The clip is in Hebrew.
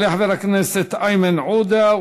יעלה חבר הכנסת איימן עודה,